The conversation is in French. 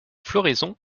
floraison